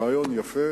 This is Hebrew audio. הרעיון יפה,